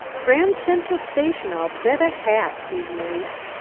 grand central station, i'll bet a hat, he mused.